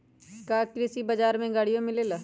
का कृषि बजार में गड़ियो मिलेला?